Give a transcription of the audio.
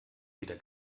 wieder